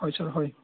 হয় ছাৰ হয়